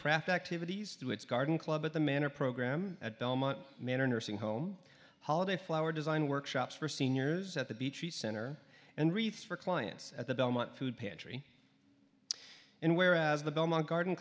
craft activities to its garden club at the manor program at belmont manor nursing home holiday flower design workshops for seniors at the beachy center and wreaths for clients at the belmont food pantry in whereas the belmont garden